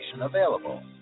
available